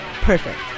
Perfect